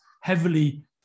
heavily